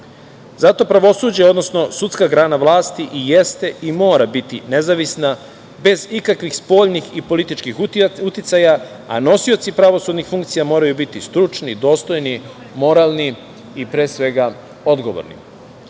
pravosuđe odnosno sudska grana vlasti i jeste i mora biti nezavisna, bez ikakvih spoljnih i političkih uticaja, a nosioci pravosudnih funkcija moraju biti stručni, dostojni, moralni i pre svega odgovorni.